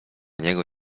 niego